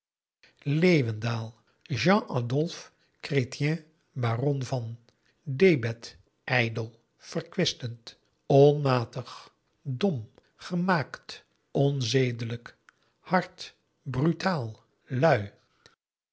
chrétien baron van debet credit ijdel zindelijk verkwistend vroolijk onmatig goedhartig dom rechtvaardig gemaakt eerlijk onzedelijk moedig hard brutaal lui